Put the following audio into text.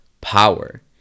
power